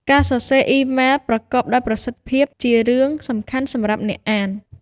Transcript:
ការសរសេរអ៊ីមែលប្រកបដោយប្រសិទ្ធភាពជារឿងសំខាន់សម្រាប់អ្នកអាន។